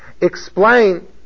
explain